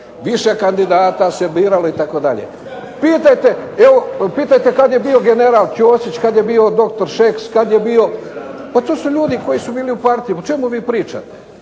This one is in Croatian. Više kandidata se biralo itd. pitajte kada je bio general Ćosić, kada je bio doktor Šeks, kada je bio, pa to su ljudi koji su bili u partiji. O čemu vi pričate?